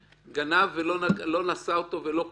גנב ולא נשא אותו ולא כלום.